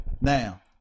Now